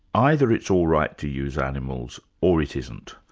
either it's all right to use animals, or it isn't.